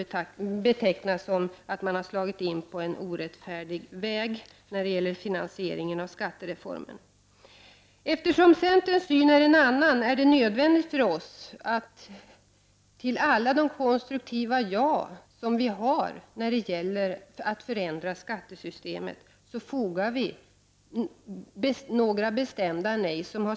Detta kan betecknas som att man har slagit in på en orättfärdig väg när det gäller finansieringen av skattereformen. Eftersom centerns syn är en annan är det nödvändigt för oss att till alla konstruktiva ”ja” foga några bestämda ”nej”.